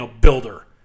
builder